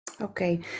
Okay